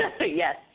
Yes